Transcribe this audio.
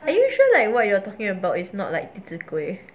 are you sure like what you are talking about it's not like degrade